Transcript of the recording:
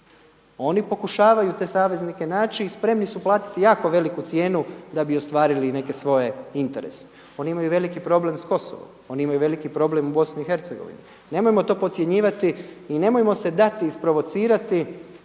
Oni pokušavaju te saveznike naći i spremni su platiti jako veliku cijenu da bi ostvarili neke svoje interese. Oni imaju veliki problem s Kosovom, oni imaju veliki problem u BiH, nemojmo to podcjenjivati i nemojmo se dati isprovocirati